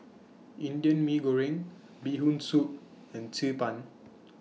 Indian Mee Goreng Bee Hoon Soup and Xi Ban